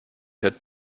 hat